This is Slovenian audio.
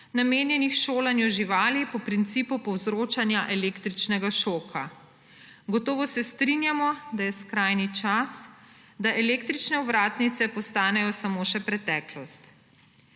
namenjenih šolanju živali po principu povzročanja električnega šoka. Gotovo se strinjamo, da je skrajni čas, da električne ovratnice postanejo samo še preteklost.